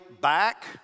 back